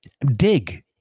dig